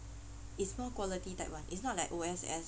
it's more quality type [one] it's not like O_S_S